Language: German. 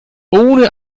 ohne